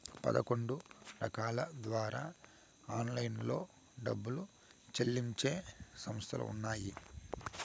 పదకొండు రకాల ద్వారా ఆన్లైన్లో డబ్బులు చెల్లించే సంస్థలు ఉన్నాయి